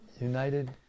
United